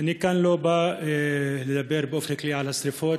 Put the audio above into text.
אני כאן לא בא לדבר באופן כללי על השרפות,